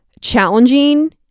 challenging